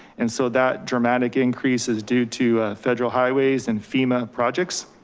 and so that dramatic increases due to federal highways and fema projects.